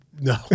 No